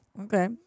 Okay